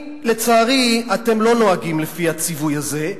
לצערי, אתם לא נוהגים לפי הציווי הזה,